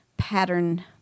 pattern